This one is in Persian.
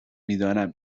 میدانم